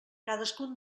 cadascun